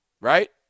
Right